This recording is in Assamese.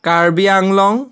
কাৰ্বি আংলং